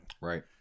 Right